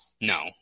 No